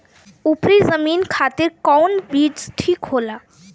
उपरी जमीन खातिर कौन बीज ठीक होला?